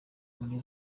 muri